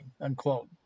unquote